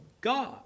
God